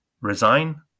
resign